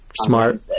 smart